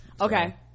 okay